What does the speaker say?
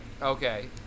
Okay